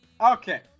okay